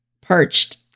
perched